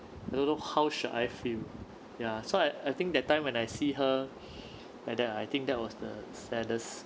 I don't know how should I feel ya so I I think that time when I see her like that I think that was the saddest